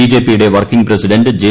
ബിജെപിയുടെ working president J